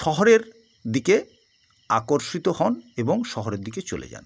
শহরের দিকে আকর্ষিত হন এবং শহরের দিকে চলে যান